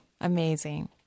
Amazing